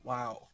Wow